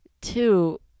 two